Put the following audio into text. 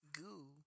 Goo